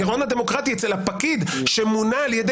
הגירעון הדמוקרטי אצל הפקיד שמונה על ידי